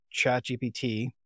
ChatGPT